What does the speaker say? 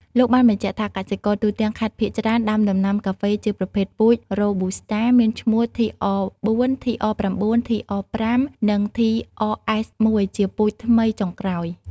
លោកបានបញ្ជាក់ថា កសិករទូទាំងខេត្តភាគច្រើនដាំដំណាំការហ្វេ ជាប្រភេទពូជ រ៉ូប៊ូស្តា មានឈ្មោះTR4 TR9 TR5 និងTRS1ជាពូជថ្មីចុងក្រោយ។